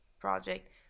project